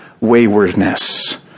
waywardness